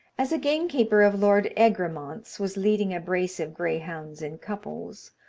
as a gamekeeper of lord egremont's was leading a brace of greyhounds in couples,